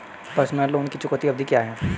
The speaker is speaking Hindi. पर्सनल लोन की चुकौती अवधि क्या है?